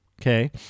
Okay